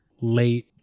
late